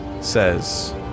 says